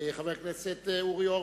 חבר הכנסת אורי אורבך,